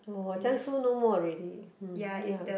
orh Jiangsu no more already hmm ya